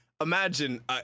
Imagine